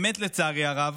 באמת לצערי הרב,